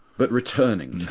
but returning